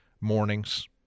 mornings